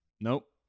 Nope